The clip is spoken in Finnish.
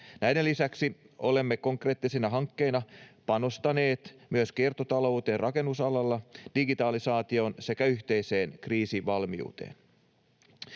Näiden lisäksi olemme konkreettisina hankkeina panostaneet myös kiertotalouteen rakennusalalla, digitalisaatioon sekä yhteiseen kriisivalmiuteen.